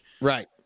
right